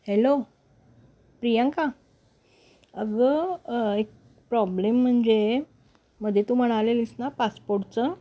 hello Priyanka अगं एक problem म्हणजे मध्ये तू म्हणालेलीस ना पासपोर्टचं